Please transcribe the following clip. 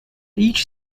each